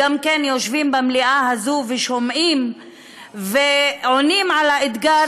היו גם כן יושבים במליאה הזו ושומעים ועונים על האתגר